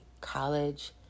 college